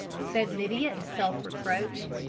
said lydia in self-reproach.